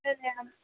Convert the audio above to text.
సరే